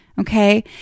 Okay